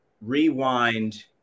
rewind